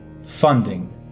Funding